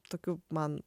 tokių man